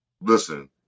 Listen